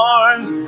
arms